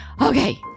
Okay